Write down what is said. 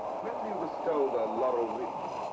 when do you bestow the laurel wreath?